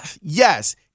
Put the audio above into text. yes